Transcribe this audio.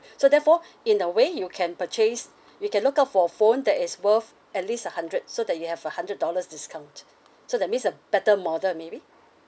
so therefore in a way you can purchase we can look out for phone that is worth at least a hundred so that you have a hundred dollars discount so that means a better model maybe